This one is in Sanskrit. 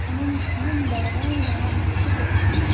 अहम् अहं बेळगावि नाहं मैसुरं गच्छामि